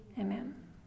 amen